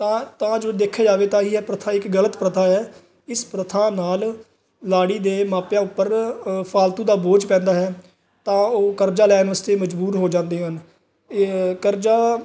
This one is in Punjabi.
ਤਾਂ ਤਾਂ ਜੋ ਦੇਖਿਆ ਜਾਵੇ ਤਾਂ ਹੀ ਇਹ ਪ੍ਰਥਾ ਇੱਕ ਗਲਤ ਪ੍ਰਥਾ ਹੈ ਇਸ ਪ੍ਰਥਾ ਨਾਲ ਲਾੜੀ ਦੇ ਮਾਪਿਆਂ ਉੱਪਰ ਫਾਲਤੂ ਦਾ ਬੋਝ ਪੈਂਦਾ ਹੈ ਤਾਂ ਉਹ ਕਰਜ਼ਾ ਲੈਣ ਵਾਸਤੇ ਮਜਬੂਰ ਹੋ ਜਾਂਦੇ ਹਨ ਇਹ ਕਰਜ਼ਾ